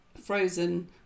Frozen